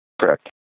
Correct